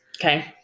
Okay